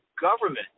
government